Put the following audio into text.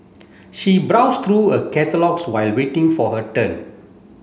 she browsed through a catalogues while waiting for her turn